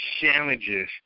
challenges